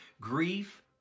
Grief